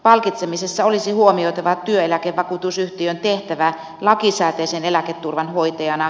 palkitsemisessa olisi huomioitava työeläkevakuutusyhtiön tehtävä lakisääteisen eläketurvan hoitajana